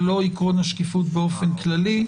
זה לא עיקרון השקיפות באופן כללי.